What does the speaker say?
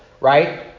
Right